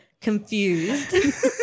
confused